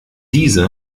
diese